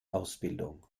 ausbildung